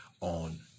on